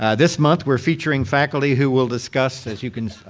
ah this month we're featuring faculty who will discuss, as you can,